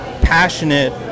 passionate